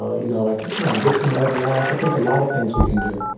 ah you know like good samaritan laws. i think a lot of things, we can do.